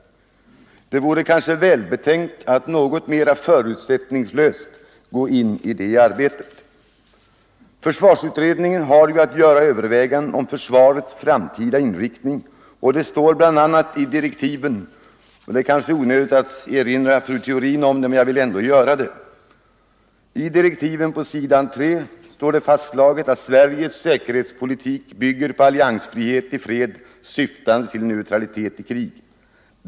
Det vore kanske välbetänkt att något mera förutsättningslöst gå in i det arbetet. Försvarsutredningen har ju att göra överväganden om försvarets framtida inriktning. Det kanske är onödigt att erinra fru Theorin om direktiven, men jag vill ändå göra det. I direktiven på s. 3 fastslås: ”Sveriges säkerhetspolitik bygger på alliansfrihet i fred syftande till neutralitet i krig.